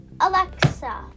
Alexa